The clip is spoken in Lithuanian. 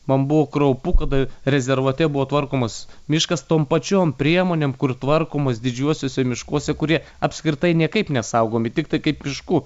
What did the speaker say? man buvo kraupu kada rezervate buvo tvarkomas miškas tom pačiom priemonėm kur tvarkomos didžiuosiuose miškuose kurie apskritai niekaip nesaugomi tiktai kaip miškų